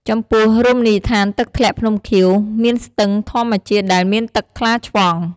ចំពោះ រមណីយដ្ឋាន «ទឹកធ្លាក់ភ្នំខៀវ» មានស្ទឹងធម្មជាតិដែលមានទឹកថ្លាឆ្វង់ ។